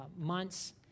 months